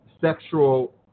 sexual